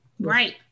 Right